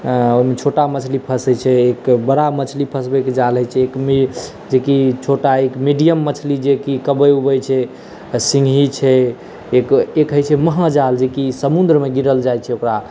ओहिमे छोटा मछली फँसै छै एक बड़ा मछली फँसबैके जाल होइ छै एक जेकि छोटा एक मीडियम मछली जेकि कब्बै उबै छै सिँङ्गही छै एक एक होइ छै महाजाल जेकि समुद्रमे गिराएल जाइ छै ओकरा